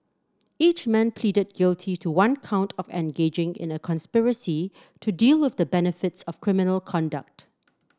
each man pleaded guilty to one count of engaging in a conspiracy to deal with the benefits of criminal conduct